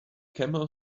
camel